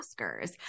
Oscars